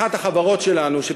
אחת החברות שלנו,